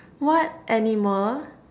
what animal